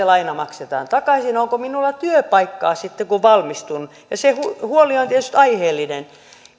laina maksetaan takaisin onko minulla työpaikkaa sitten kun valmistun ja se huoli on tietysti aiheellinen